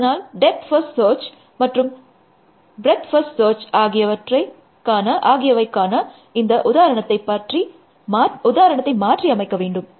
அதனால் depth first search மற்றும் breadth first search ஆகியவைக்கான இந்த உதாரணத்தை மாற்றி அமைக்க வேண்டும்